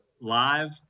live